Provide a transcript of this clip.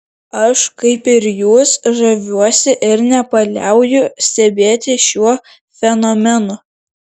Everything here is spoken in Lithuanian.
aš kaip ir jūs žaviuosi ir nepaliauju stebėtis šiuo fenomenu